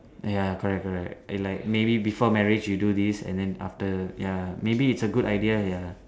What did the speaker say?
ya correct correct like maybe before marriage you do this and then after ya maybe its a good idea ya